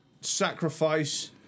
Sacrifice